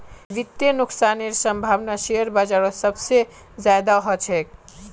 वित्तीय नुकसानेर सम्भावना शेयर बाजारत सबसे ज्यादा ह छेक